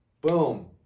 boom